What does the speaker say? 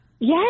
yes